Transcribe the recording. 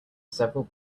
several